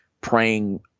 praying